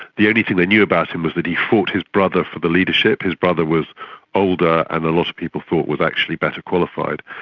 the only thing they knew about him is that he fought his brother for the leadership. leadership. his brother was older and a lot of people thought was actually better qualified,